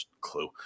clue